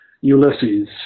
Ulysses